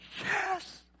yes